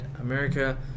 America